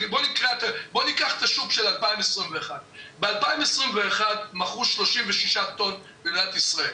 בוא ניקח את השוק של 2021. ב-2021 מכרו 36 טון קנאביס במדינת ישראל,